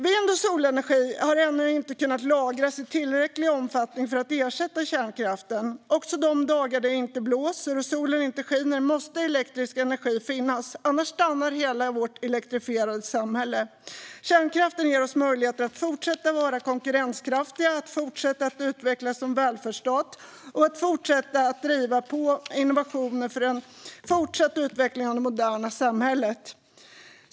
Vind och solenergi har ännu inte kunnat lagras i tillräcklig omfattning för att ersätta kärnkraften. Också de dagar då det inte blåser och solen inte skiner måste elektrisk energi finnas. Annars stannar hela vårt elektrifierade samhälle. Kärnkraften ger oss möjligheter att fortsätta vara konkurrenskraftiga, fortsätta utvecklas som välfärdsstat och fortsätta driva på innovationer för en fortsatt utveckling av det moderna samhället.